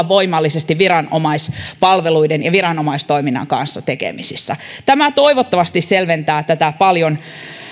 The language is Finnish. voimallisesti viranomaispalveluiden ja viranomaistoiminnan kanssa tekemisissä tämä toivottavasti selventää tätä paljon